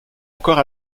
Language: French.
encore